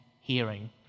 hearing